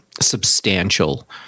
substantial